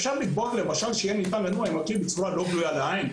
אפשר לקבוע למשל שיהיה ניתן לנוע עם הכלי בצורה לא גלויה לעין,